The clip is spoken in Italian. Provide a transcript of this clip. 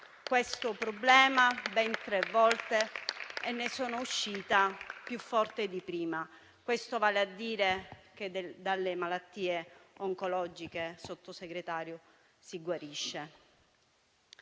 questo problema ben tre volte e ne sono uscita più forte di prima. Ciò vale a dire che dalle malattie oncologiche, signor Sottosegretario, si guarisce.